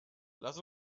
lass